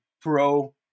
pro